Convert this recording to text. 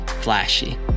flashy